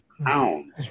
pounds